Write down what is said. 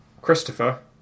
Christopher